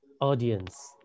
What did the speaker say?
audience